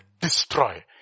destroy